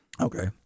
Okay